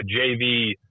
JV –